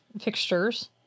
Fixtures